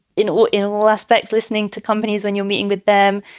you know, in all aspects, listening to companies when you're meeting with them,